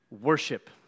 worship